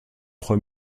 trois